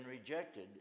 rejected